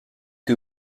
que